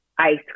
Ice